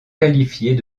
qualifiées